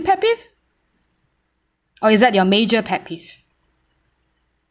pet peeve or is that your major pet peeve